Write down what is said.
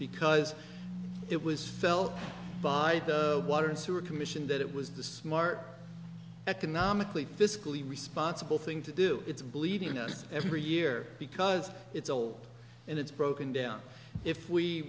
because it was felt by water and sewer commission that it was the smart economically fiscally responsible thing to do it's bleeding us every year because it's old and it's broken down if we